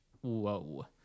Whoa